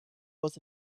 was